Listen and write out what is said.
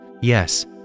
Yes